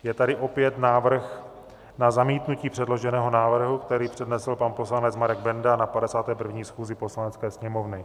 Je tady opět návrh na zamítnutí předloženého návrhu, který přednesl pan poslanec Marek Benda na 51. schůzi Poslanecké sněmovny.